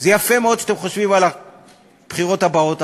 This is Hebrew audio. זה יפה מאוד שאתם חושבים על הבחירות הבאות,